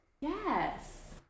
Yes